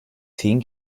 zehn